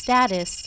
Status